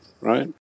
right